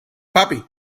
papi